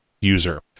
user